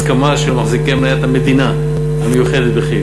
הסכמה של מחזיקי מניית המדינה המיוחדת בכי"ל.